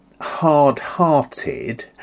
hard-hearted